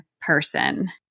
person